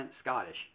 Scottish